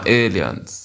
aliens